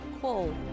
Cool